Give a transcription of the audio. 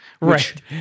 Right